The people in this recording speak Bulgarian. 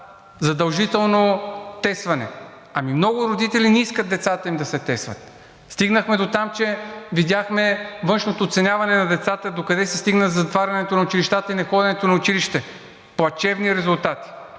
задължително тестване. Ами много родители не искат децата им да се тестват. Стигнахме дотам, че видяхме външното оценяване на децата. Докъде се стигна със затварянето на училищата и неходенето на училище? Плачевни резултати.